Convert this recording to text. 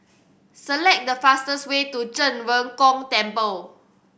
select the fastest way to Zhen Ren Gong Temple